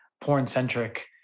porn-centric